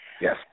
Yes